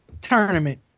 tournament